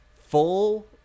full